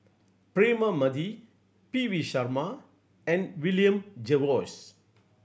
Braema Mathi P V Sharma and William Jervois